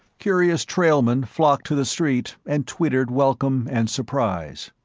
curious trailmen flocked to the street and twittered welcome and surprise.